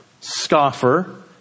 scoffer